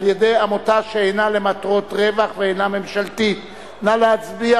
התשע"א 2011. נא להצביע,